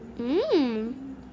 Mmm